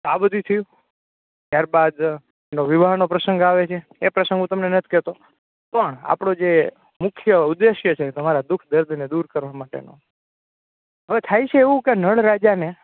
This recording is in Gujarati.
આ બધુંય થ્યું ત્યાર બાદ એનો વિવાહનો પ્રસંગ આવે છે એ પ્રસંગનું હું તમને નથ કહેતો પણ આપણો જે મુખ્ય ઉદ્દેશ્ય છે તમારા દુઃખ દર્દને દૂર કરવા માટેનો હવે થાય છે એવું કે નળ રાજાને